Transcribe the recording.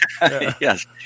Yes